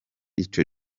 ico